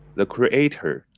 the creator,